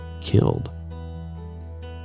killed